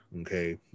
okay